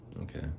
Okay